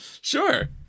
Sure